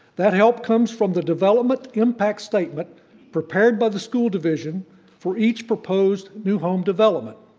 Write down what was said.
that help comes from the development impact statement prepared by the school division for each proposed new home development.